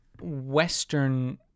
Western